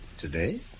Today